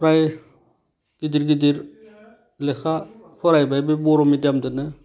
फ्राय गिदिर गिदिर लेखा फरायबाय बे बर' मिडियामजोंनो